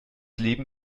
leben